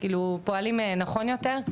פועלים נכון יותר.